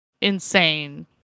insane